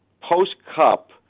post-Cup